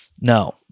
No